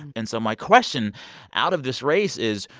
and so my question out of this race is,